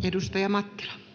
[Speech 211]